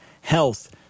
health